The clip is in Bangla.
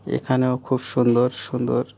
এখানেও খুব সুন্দর সুন্দর